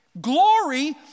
Glory